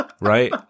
Right